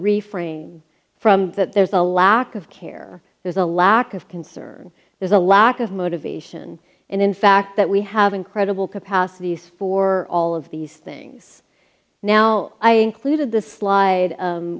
refrain from that there's a lack of care there's a lack of concern there's a lack of motivation and in fact that we have incredible capacities for all of these things now i pleaded the slide